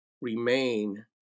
remain